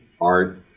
art